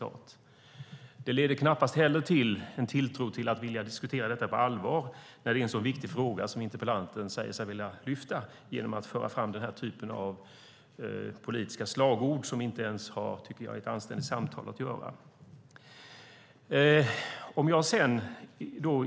Att föra fram den här typen av politiska slagord, som enligt mig inte ens har i ett anständigt samtal att göra, leder knappast till en tilltro till att interpellanten vill diskutera detta på allvar när han säger sig vilja lyfta fram en viktig fråga.